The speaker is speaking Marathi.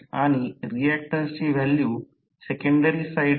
वाइंडिंग स्लॉट मध्ये एकसारखेपणाने वितरित केले जाते आणि सहसा सुरुवातीस जोडलेले असते